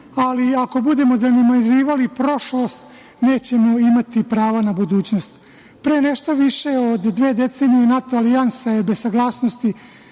ali i ako budemo zanemarivali prošlost nećemo imati prava na budućnost. Pre nešto više od dve decenije NATO alijansa je bez saglasnosti